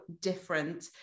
different